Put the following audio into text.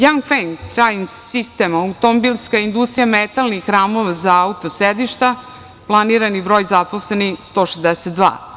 Janfeng traj sistem" automobilska industrija metalnih ramova za auto sedišta, planirani broj zaposlenih 162.